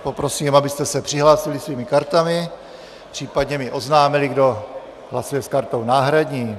Poprosím, abyste se přihlásili svými kartami, případně mi oznámili, kdo hlasuje s kartou náhradní.